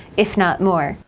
if not more.